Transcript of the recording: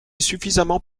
suffisamment